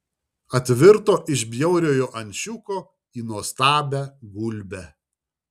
atvirto iš bjauriojo ančiuko į nuostabią gulbę